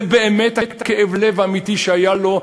זה באמת כאב הלב האמיתי שהיה לו,